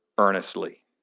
Earnestly